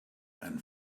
and